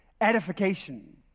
edification